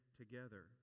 together